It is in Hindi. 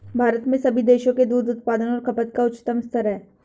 भारत में सभी देशों के दूध उत्पादन और खपत का उच्चतम स्तर है